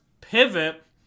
pivot